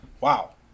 wow